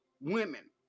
women